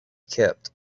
kept